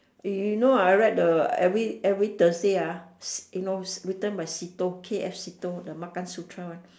eh you know I read the every every thursday ah you know written by sito K F sito the makan sutra one